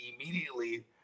immediately